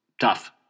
Tough